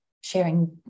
sharing